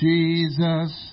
Jesus